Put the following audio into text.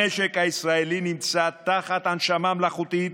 המשק הישראלי נמצא תחת הנשמה מלאכותית,